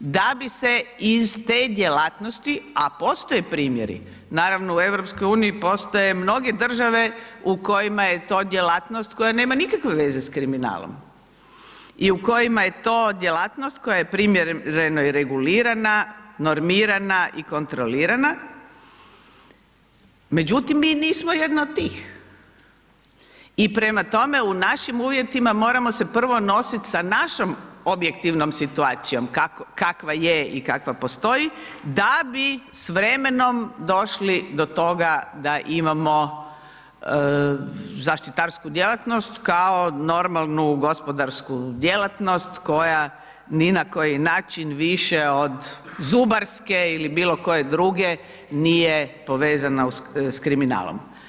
Da bi se iz te djelatnosti, a postoje primjeri, naravno u EU postoje mnoge države u kojima je to djelatnost koja nema nikakve veze s kriminalom u kojima je to djelatnost koja je i primjereno i regulirana, normirana i kontrolirana, međutim, mi nismo jedna od tih i prema tome, u našim uvjetima moramo se prvo nositi sa našom objektivnom situacijom, kakva je i kakva postoji da bi s vremenom došli do toga da imamo zaštitarsku djelatnost, kao normalnu gospodarsku djelatnost koja ni na koji način više od zubarske ili bilo koje druge nije povezana s kriminalom.